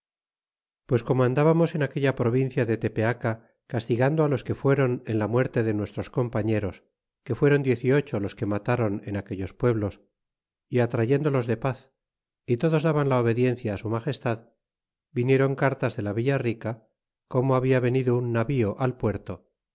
pues como andábamos en aquella provincia de tepeaca castigando los que fueron en la muerte de nuestros compañeros que fuéron diez y ocho los que matron en aquellos pueblos y atrayéndolos de paz y todos daban la obediencia su magestad vinieron cartas de la villa rica como habla venido un navío al puerto